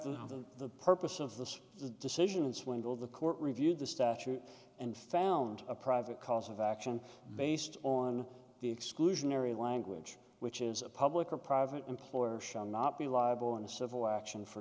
fact the purpose of this decision is when will the court review the statute and found a private cause of action based on the exclusionary language which is a public or private employer shall not be liable in a civil action for